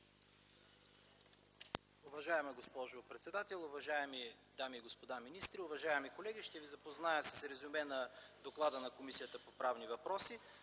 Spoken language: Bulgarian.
Уважаема госпожо председател, уважаеми дами и господа министри, уважаеми колеги! Ще ви запозная с резюме на доклада на Комисията по правни въпроси.